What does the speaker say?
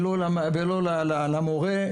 ולא למורה,